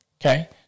okay